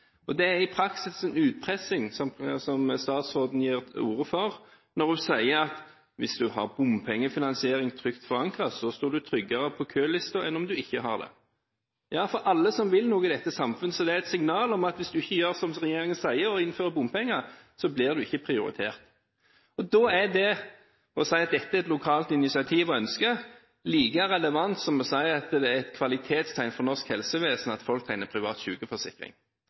Det er i praksis en utpressing statsråden tar til orde for når hun sier at dersom du har bompengefinansiering trygt forankret, står du tryggere på kølista enn om du ikke har det. Ja, for alle som vil noe i dette samfunnet, er det et signal om at hvis du ikke gjør slik som regjeringen sier, og innfører bompenger, blir du ikke prioritert. Da er det å si at dette er et lokalt initiativ og ønske, like relevant som å si at det er et kvalitetstegn for norsk helsevesen at folk tegner privat